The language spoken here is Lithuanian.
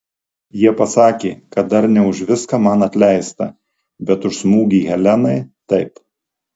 jie pasakė kad dar ne už viską man atleista bet už smūgį helenai taip